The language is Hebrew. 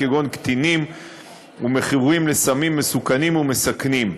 כגון קטינים ומכורים לסמים מסוכנים ומסכנים.